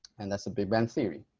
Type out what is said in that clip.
and that's a big bang theory.